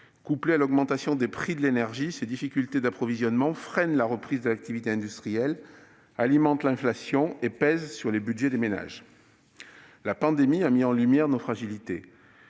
couplées à l'augmentation des prix de l'énergie, freinent la reprise de l'activité industrielle, alimentent l'inflation et pèsent sur les budgets des ménages. La pandémie a mis en lumière nos fragilités.